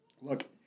look